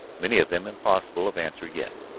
many of them impossible of answer yet.